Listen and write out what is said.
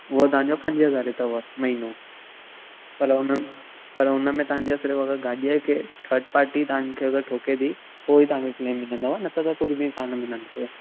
उहा तव्हांजो पंज हज़ारें अथव महीनो पर उन पर उन में तव्हांखे सिर्फ़ु अगरि गाॾीअ खे थर्ड पार्टीअ तव्हांखे अगरि ठोके थी तो ही तव्हांखे क्लेम मिलंदव न त कुझु बि कान मिलंदुव